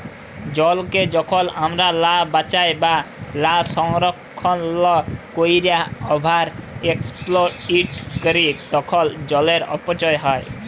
জলকে যখল আমরা লা বাঁচায় বা লা সংরক্ষল ক্যইরে ওভার এক্সপ্লইট ক্যরি তখল জলের অপচয় হ্যয়